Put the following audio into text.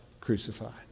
crucified